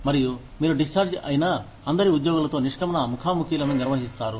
మరియు మీరు డిశ్చార్జ్ అయినా అందరి ఉద్యోగులతో నిష్క్రమణ ముఖాముఖిలను నిర్వహిస్తారు